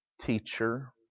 teacher